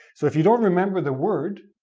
so if you don't remember the word,